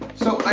so,